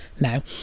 now